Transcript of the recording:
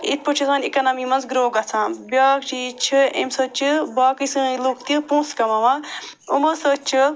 یِتھ پٲٹھۍ چھِ سانہِ اِکانمی منٛز گرٛو گَژھان بیٛاکھ چیٖز چھُ اَمہِ سۭتۍ چھِ باقٕے سٲنۍ لُکھ تہِ پونٛسہٕ کماوان یِمو سۭتۍ چھِ